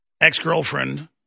ex-girlfriend